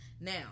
Now